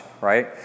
right